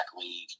league